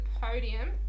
podium